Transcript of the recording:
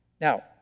Now